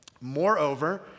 Moreover